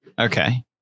okay